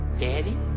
Daddy